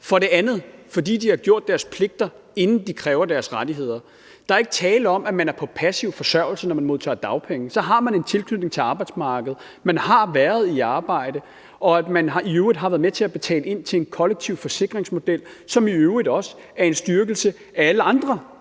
for det andet har gjort deres pligter, inden de kræver deres rettigheder. Der er ikke tale om, at man er på passiv forsørgelse, når man modtager dagpenge. Så har man en tilknytning til arbejdsmarkedet; man har været i arbejde, og man har i øvrigt været med til at betale ind til en kollektiv forsikringsmodel, hvilket i øvrigt også er en styrkelse for alle andre